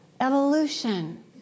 Evolution